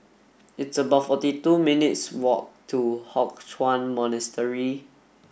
it's about forty two minutes' walk to Hock Chuan Monastery